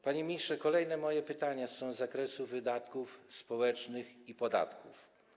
Panie ministrze, kolejne moje pytania dotyczą wydatków społecznych i podatków.